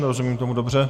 Rozumím tomu dobře?